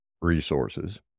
resources